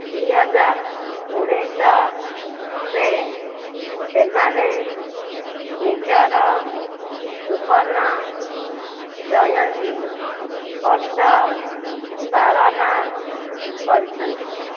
ଦୁଇ ହଜାର ଉଣେଇଶିଶହ ରେ ସେମାନେ ନିଜର ସୁବର୍ଣ୍ଣ ଜୟନ୍ତୀ ବର୍ଷ ପାଳନ କରିଛନ୍ତି